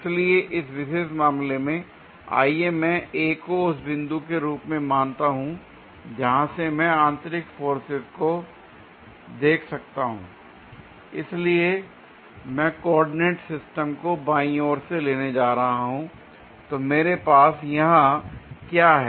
इसलिए इस विशेष मामले में आइए मैं A को उस बिंदु के रूप में मानता हूं जहां से मैं आंतरिक फोर्सेज को देख सकता हूं l इसलिए मैं कोऑर्डिनेट सिस्टम को बाईं ओर से लेने जा रहा हूं l तो मेरे पास यहां क्या है